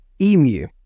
emu